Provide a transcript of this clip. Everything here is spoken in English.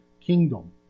kingdom